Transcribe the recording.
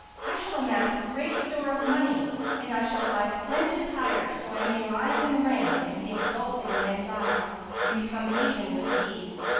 i shall amass great store of money and i shall buy splendid attire, so i may rise in rank and be exalted in men's eyes and become even with these.